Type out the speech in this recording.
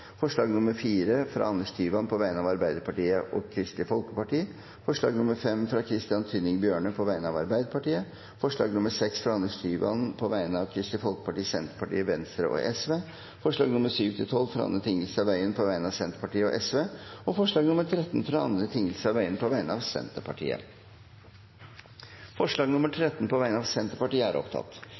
forslag nr. 4, fra Anders Tyvand på vegne av Arbeiderpartiet og Kristelig Folkeparti forslag nr. 5, fra Christian Tynning Bjørnø på vegne av Arbeiderpartiet forslag nr. 6, fra Anders Tyvand på vegne av Kristelig Folkeparti, Senterpartiet, Venstre og Sosialistisk Venstreparti forslagene nr. 7–12, fra Anne Tingelstad Wøien på vegne av Senterpartiet og Sosialistisk Venstreparti forslag nr. 13, fra Anne Tingelstad Wøien på vegne av Senterpartiet Det voteres over forslag nr. 13, fra Senterpartiet.